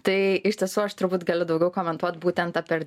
tai iš tiesų aš turbūt galiu daugiau komentuot būtent apie